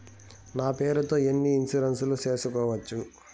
నా పేరుతో ఎన్ని ఇన్సూరెన్సులు సేసుకోవచ్చు?